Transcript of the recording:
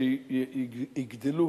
שיגדלו